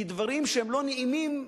כי דברים שהם לא נעימים,